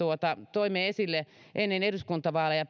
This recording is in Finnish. toimme esille ennen eduskuntavaaleja